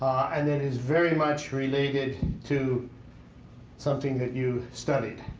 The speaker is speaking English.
and that is very much related to something that you studied.